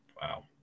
wow